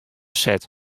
set